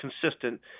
consistent